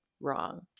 wrong